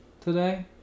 today